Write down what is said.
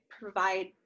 provide